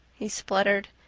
he spluttered,